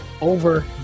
over